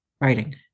writing